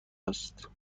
است